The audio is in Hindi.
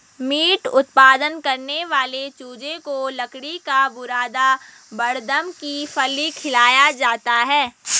मीट उत्पादन करने वाले चूजे को लकड़ी का बुरादा बड़दम की फली खिलाया जाता है